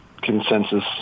consensus